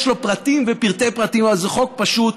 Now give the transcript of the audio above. יש לו פרטים ופרטי-פרטים, אבל זה חוק פשוט.